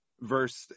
verse